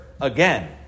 Again